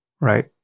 right